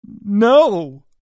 no